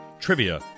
trivia